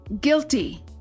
Guilty